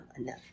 enough